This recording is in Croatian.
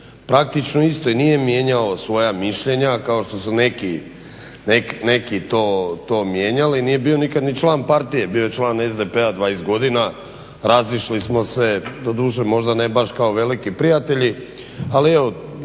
praktično isto i nije mijenjao svoja mišljenja kao što su neki to mijenjali. Nije bio nikad ni član partije, bio je član SDP-a 20 godina, razišli smo se, doduše možda ne baš kao veliki prijatelji, ali evo